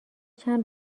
چند